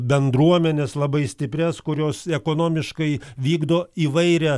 bendruomenės labai stiprias kurios ekonomiškai vykdo įvairią